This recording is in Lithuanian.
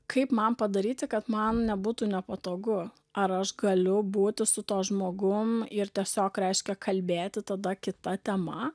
kaip man padaryti kad man nebūtų nepatogu ar aš galiu būti su tuo žmogum ir tiesiog reiškia kalbėti tada kita tema